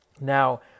Now